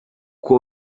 aho